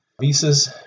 visas